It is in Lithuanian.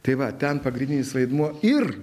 tai va ten pagrindinis vaidmuo ir